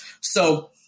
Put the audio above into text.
So-